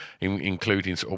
including